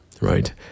right